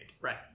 Right